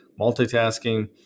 multitasking